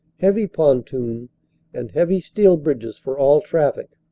heavy pontoon and heavy steel bridges for all traffic.